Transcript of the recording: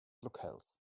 locales